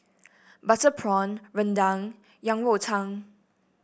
Butter Prawn rendang Yang Rou Tang